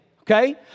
okay